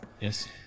Yes